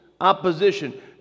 opposition